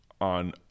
on